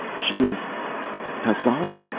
she is tascela!